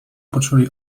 poczuli